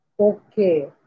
Okay